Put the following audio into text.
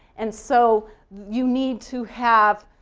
and so you need to have,